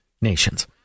nations